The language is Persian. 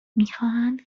میخواهند